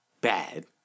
bad